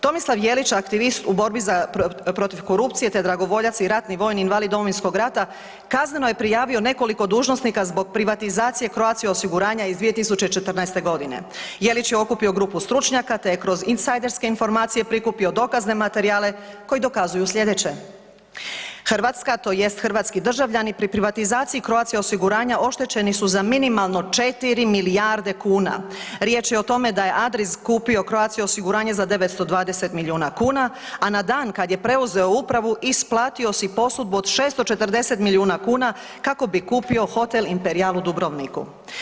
Tomislav Jelić aktivist u borbi protiv korupcije te dragovoljac i ratni vojni invalid Domovinskog rata kazneno je prijavo nekoliko dužnosnika zbog privatizacije Croatia osiguranja iz 2014.g. Jelić je okupio grupu stručnjaka te je kroz insajderske informacije prikupio dokazne materijale koji dokazuju sljedeće, Hrvatska tj. hrvatski državljani pri privatizaciji Croatia osiguranja oštećeni su za minimalno 4 milijarde kuna, riječ je o tome da je Adris kupio Croatia-u osiguranje za 920 milijuna kuna, a na dan kad je preuzeo upravo isplatio si posudbu od 640 milijuna kuna kako bi kupio Hotel Imperial u Dubrovniku.